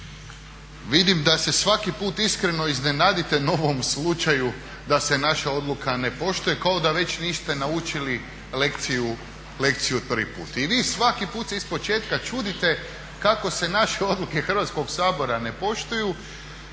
vidim da se svaki put iskreno iznenadite novom slučaju da se naša odluka ne poštuje kao da već niste naučili lekciju od prvi put i vi svaki put se ispočetka čudite kako se naše odluke Hrvatskog sabora ne poštuju,